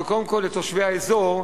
אבל קודם כול לתושבי האזור,